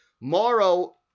Morrow